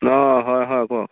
অঁ হয় হয় কওক